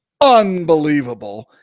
unbelievable